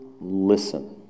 Listen